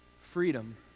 Freedom